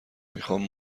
میخوام